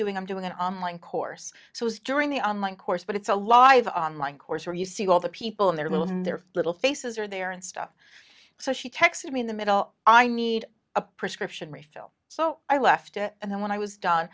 doing i'm doing an online course so i was during the online course but it's a live online course where you see all the people in their lives and their little faces are there and stuff so she texted me in the middle i need a prescription refill so i left it and then when i was done